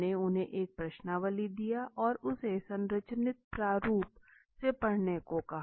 हमने उन्हें एक प्रश्नावली दिया और उसे संरचित प्रारूप से पढ़ने को कहा